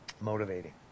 Motivating